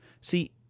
See